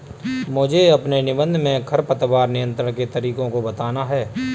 मुझे अपने निबंध में खरपतवार नियंत्रण के तरीकों को बताना है